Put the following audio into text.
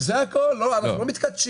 זה הכול, אנחנו לא מתכתשים.